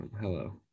Hello